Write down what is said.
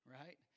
right